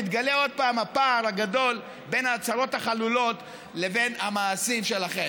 מתגלה עוד פעם הפער הגדול בין ההצהרות החלולות לבין המעשים שלכם.